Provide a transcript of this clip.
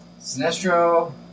Sinestro